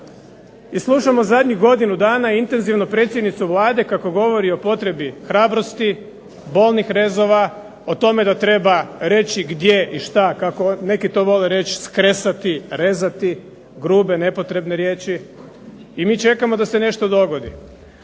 I slušamo zadnjih godinu dana intenzivno predsjednicu Vlade kako govori o potrebi hrabrosti, bolnih rezova, o tome da treba reći gdje i šta kako neki to vole reći skresati, rezati, grube, nepotrebne riječi. I mi čekamo da se nešto dogodi.